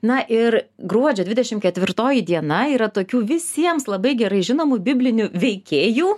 na ir gruodžio dvidešim ketvirtoji diena yra tokių visiems labai gerai žinomų biblinių veikėjų